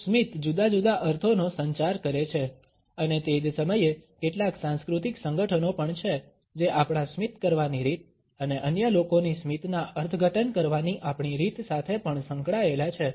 સ્મિત જુદા જુદા અર્થોનો સંચાર કરે છે અને તે જ સમયે કેટલાક સાંસ્કૃતિક સંગઠનો પણ છે જે આપણા સ્મિત કરવાની રીત અને અન્ય લોકોની સ્મિતના અર્થઘટન કરવાની આપણી રીત સાથે પણ સંકળાયેલા છે